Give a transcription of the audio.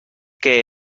que